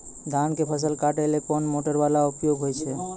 धान के फसल काटैले कोन मोटरवाला उपकरण होय छै?